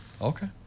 Okay